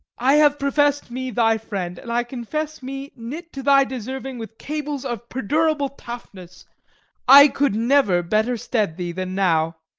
i have professed me thy friend, and i confess me knit to thy deserving with cables of perdurable toughness i could never better stead thee than now.